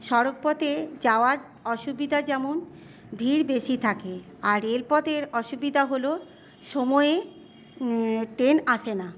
সড়কপথে যাওয়ার অসুবিধা যেমন ভিড় বেশী থাকে আর রেলপথের অসুবিধা হলো সময়ে ট্রেন আসে না